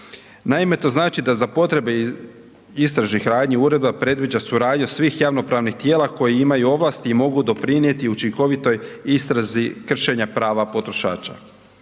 Naime, to znači da za potrebe istražnih radnji uredba predviđa suradnju svih javnopravnih tijela koji imaju ovlasti i mogu doprinijeti učinkovitoj istrazi kršenja prava potrošača.